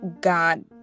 god